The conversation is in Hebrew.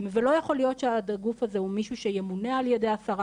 ולא יכול להיות שהגוף הזה זה מישהו שימונה על ידי השרה,